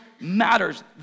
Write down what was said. matters